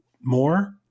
more